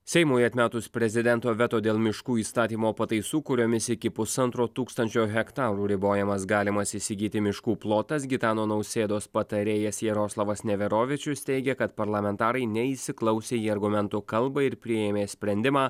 seimui atmetus prezidento veto dėl miškų įstatymo pataisų kuriomis iki pusantro tūkstančio hektarų ribojamas galimas įsigyti miškų plotas gitano nausėdos patarėjas jaroslavas neverovičius teigia kad parlamentarai neįsiklausė į argumentų kalbą ir priėmė sprendimą